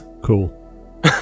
Cool